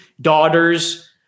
daughters